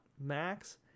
Max